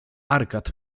arkad